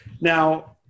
Now